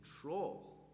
control